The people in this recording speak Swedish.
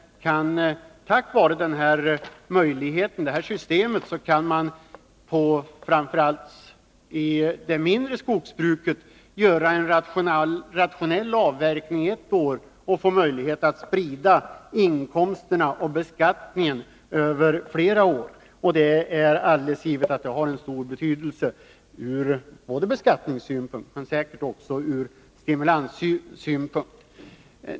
Tack vare det här systemet kan man, framför allt i det mindre skogsbruket, göra en rationell avverkning ett år och få möjlighet att sprida inkomsterna och beskattningen över flera år. Det är alldeles givet att det har stor betydelse ur skattesynpunkt men säkert också ur stimulanssynpunkt.